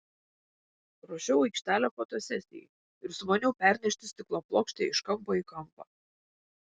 ruošiau aikštelę fotosesijai ir sumaniau pernešti stiklo plokštę iš kampo į kampą